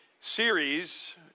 series